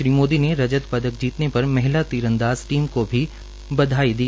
श्री मोदी ने रजज पदक जीतने पर महिला तीजअदाज़ टीम को भी बधाईदी